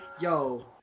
Yo